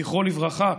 זכרו לברכה,